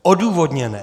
Odůvodněné.